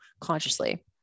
consciously